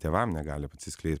tėvam negali atsiskleist